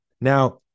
Now